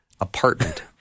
apartment